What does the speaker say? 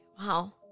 wow